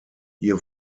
hier